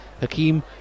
Hakeem